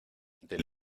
del